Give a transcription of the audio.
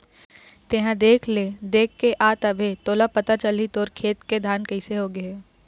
तेंहा देख ले देखके आ तभे तोला पता चलही तोर खेत के धान कइसे हो गे हे